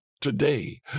today